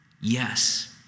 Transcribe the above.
Yes